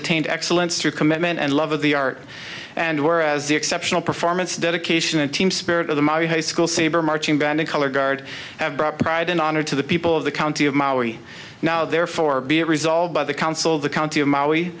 attained excellence through commitment and love of the art and whereas the exceptional performance dedication and team spirit of the my high school saber marching band color guard have brought pride and honor to the people of the county of maui now therefore be resolved by the council the county of maui